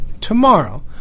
tomorrow